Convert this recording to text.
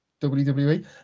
WWE